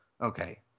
okay